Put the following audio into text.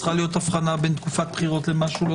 צריכה להיות הבחנה בין תקופת בחירות למה שהיא לא